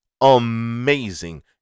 amazing